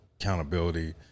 accountability